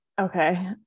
okay